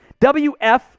WF